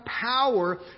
power